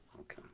Okay